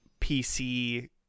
PC